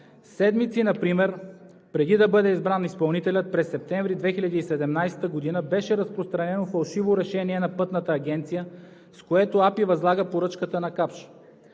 седмици преди да бъде избран изпълнителят, през септември 2017 г. беше разпространено фалшиво решение на Пътната агенция, с което АПИ възлага поръчката на „Капш“.